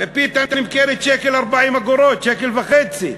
פיתה נמכרת ב-1.40 שקל, שקל וחצי.